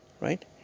right